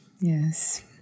Yes